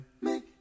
make